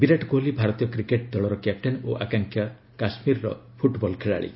ବିରାଟ କୋହଲି ଭାରତୀୟ କ୍ରିକେଟ ଦଳର କ୍ୟାପ୍ଟେନ୍ ଓ ଆକାଂକ୍ଷା କାଶ୍ମୀରର ଫୁଟବଲ ଖେଳାଳି